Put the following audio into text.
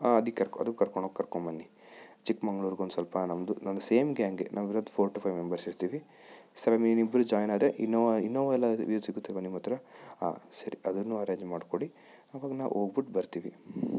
ಹಾಂ ಅದಕ್ಕೆ ಕರೆ ಅದಕ್ಕೆ ಕರ್ಕೊಂಡು ಹೋಗಿ ಕರ್ಕೊಂಡು ಬನ್ನಿ ಚಿಕ್ಮಂಗ್ಳೂರಿಗೆ ಒಂದು ಸ್ವಲ್ಪ ನಮ್ಮದು ಸೇಮ್ ಗ್ಯಾಂಗೆ ನಾವಿರೋದು ಫೋರ್ ಟು ಫೈವ್ ಮೆಂಬರ್ಸ್ ಇರ್ತೀವಿ ಸವೆನ್ ಇನ್ನಿಬ್ರು ಜಾಯಿನ್ ಆದರೆ ಇನೋವಾ ಇನೋವಾ ಎಲ್ಲ ಸಿಗುತ್ತಲ್ವಾ ನಿಮ್ಮ ಹತ್ರ ಹಾಂ ಸರಿ ಅದನ್ನು ಅರೆಂಜ್ ಮಾಡಿಕೊಡಿ ಆವಾಗ ನಾವು ಹೋಗ್ಬಿಟ್ಟು ಬರ್ತೀವಿ